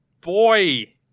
boy